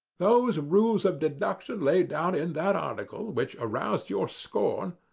those rules of deduction laid down in that article which aroused your scorn,